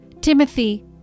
Timothy